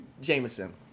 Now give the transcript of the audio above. Jameson